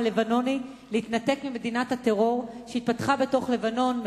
הלבנוני להתנתק ממדינת הטרור שהתפתחה בתוך לבנון,